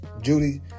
Judy